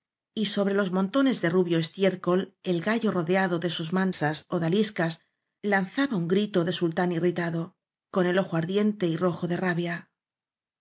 y sóbrelos montones de rubio estiércol el gallo rodeado de sus mansas odaliscas lanzaba un grito de sultán irritado con el ojo ardiente y rojo de rabia